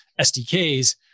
SDKs